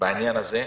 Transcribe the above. בעניין הזה.